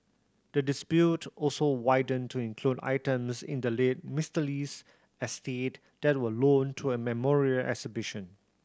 the dispute also widened to include items in the late Mister Lee's estate that were loaned to a memorial exhibition